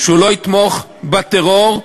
שהוא לא יתמוך בטרור,